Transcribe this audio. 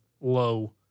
low